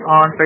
on